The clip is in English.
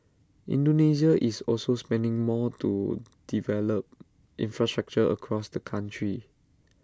Indonesia is also spending more to develop infrastructure across the country